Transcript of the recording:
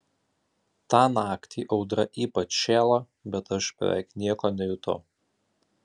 tą naktį audra ypač šėlo bet aš beveik nieko nejutau